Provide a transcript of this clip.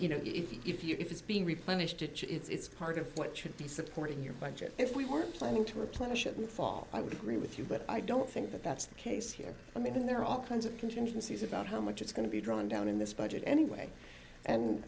you know if you if you if it's being replenished it's part of what should be supporting your budget if we were planning to replenish it in the fall i would agree with you but i don't think that that's the case here i mean there are all kinds of contingencies about how much it's going to be drawn down in this budget anyway and